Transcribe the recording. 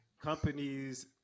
companies